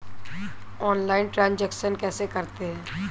Online transaction कैसे करते हैं?